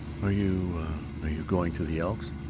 are you are you going to the elks?